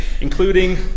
including